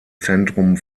zentrum